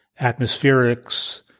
atmospherics